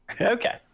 Okay